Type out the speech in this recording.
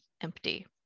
empty